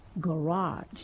garage